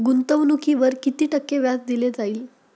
गुंतवणुकीवर किती टक्के व्याज दिले जाईल?